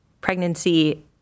pregnancy